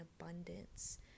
abundance